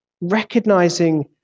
Recognizing